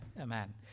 Amen